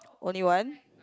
only one